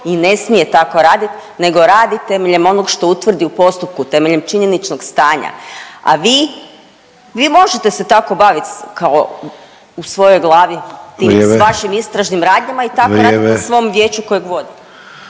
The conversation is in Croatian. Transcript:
ni ne smije tako radit nego radite temeljem onog što utvrdi u postupku temeljem činjeničnog stanja a vi, vi možete se tako bavit kao u svojoj glavi …/Upadica: Vrijeme./… tim, s vašim istražim radnjama i tako raditi …/Upadica: Vrijeme./…